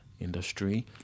industry